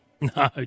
no